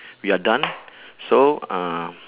we are done so uh